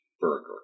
burger